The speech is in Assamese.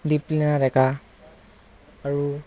দিপলিনা ডেকা আৰু